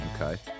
okay